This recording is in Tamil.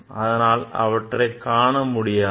அதனால் அவற்றைக் காண முடியாது